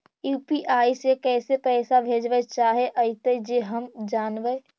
UPI से कैसे पैसा भेजबय चाहें अइतय जे हम जानबय?